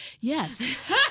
Yes